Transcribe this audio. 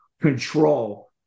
control